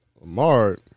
Lamar